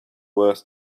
worth